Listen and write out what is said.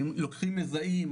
לוקחים מזהים,